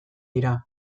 dira